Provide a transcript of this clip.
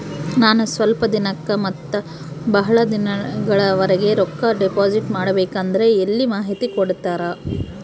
ನಾನು ಸ್ವಲ್ಪ ದಿನಕ್ಕ ಮತ್ತ ಬಹಳ ದಿನಗಳವರೆಗೆ ರೊಕ್ಕ ಡಿಪಾಸಿಟ್ ಮಾಡಬೇಕಂದ್ರ ಎಲ್ಲಿ ಮಾಹಿತಿ ಕೊಡ್ತೇರಾ?